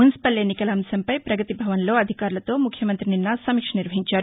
municipal ఎన్నికల అంశంపై ప్రగతిభవన్లో అధికారులతో ముఖ్యమంతి నిన్న సమీక్ష నిర్వహించారు